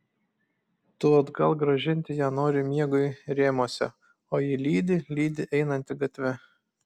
tu atgal grąžinti ją nori miegui rėmuose o ji lydi lydi einantį gatve